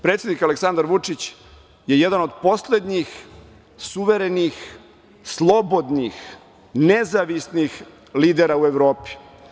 Predsednik Aleksandar Vučić je jedan od poslednjih suverenih, slobodnih, nezavisnih lidera u Evropi.